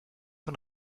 von